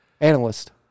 Analyst